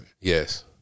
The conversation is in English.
Yes